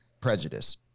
prejudice